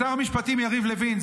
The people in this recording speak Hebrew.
המשפטים יריב לוין.